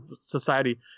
society